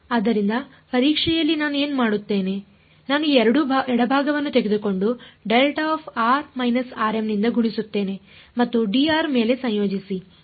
ಆದ್ದರಿಂದ ಪರೀಕ್ಷೆಯಲ್ಲಿ ನಾನು ಏನು ಮಾಡುತ್ತೇನೆ ನಾನು ಈ ಎಡಭಾಗವನ್ನು ತೆಗೆದುಕೊಂಡು ನಿಂದ ಗುಣಿಸುತ್ತೇನೆ ಮತ್ತು dr ಮೇಲೆ ಸಂಯೋಜಿಸಿ